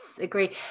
agree